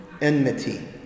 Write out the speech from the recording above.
enmity